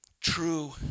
true